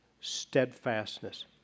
steadfastness